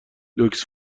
لوکس